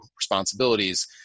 responsibilities